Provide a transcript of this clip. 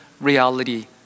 reality